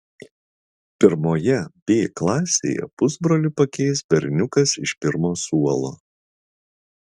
pirmoje b klasėje pusbrolį pakeis berniukas iš pirmo suolo